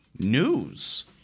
news